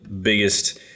biggest